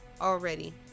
already